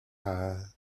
tas